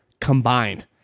combined